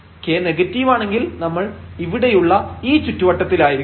k നെഗറ്റീവാണെങ്കിൽ നമ്മൾ ഇവിടെയുള്ള ഈ ചുറ്റുവട്ടത്തിലായിരിക്കും